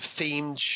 themed